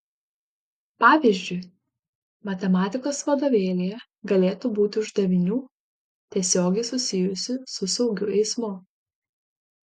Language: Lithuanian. pavyzdžiui matematikos vadovėlyje galėtų būti uždavinių tiesiogiai susijusių su saugiu eismu